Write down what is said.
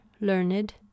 learned